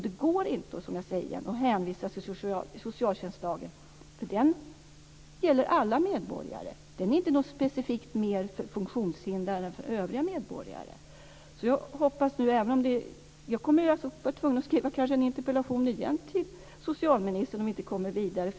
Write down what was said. Det går inte att hänvisa till socialtjänstlagen, eftersom den gäller alla medborgare. Den är inte specifik för funktionshindrade. Jag kommer kanske att vara tvungen att skriva ytterligare en interpellation till socialministern om vi inte kommer vidare.